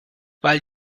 weil